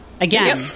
Again